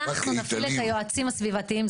אנחנו נפעיל את היועצים הסביבתיים.